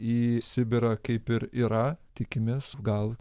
į sibirą kaip ir yra tikimės gal